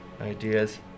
ideas